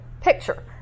picture